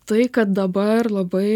tai kad dabar labai